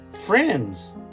friends